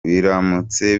biramutse